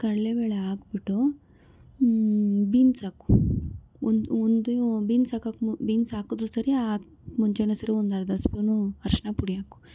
ಕಡ್ಲೆಬೇಳೆ ಹಾಕ್ಬಿಟ್ಟು ಬೀನ್ಸ್ ಹಾಕು ಒಂದು ಒಂದು ಬೀನ್ಸ್ ಹಾಕೊಕ್ಕೆ ಬೀನ್ಸ್ ಹಾಕಿದ್ರೂ ಸರಿ ಹಾಕ ಮುಂಚೇಯೂ ಸರಿ ಒಂದು ಅರ್ಧ ಸ್ಪೂನು ಅರಿಶ್ನ ಪುಡಿ ಹಾಕು